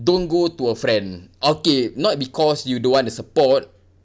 don't go to a friend okay not because you don't want to support